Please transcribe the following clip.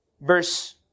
verse